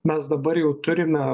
mes dabar jau turime